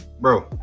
Bro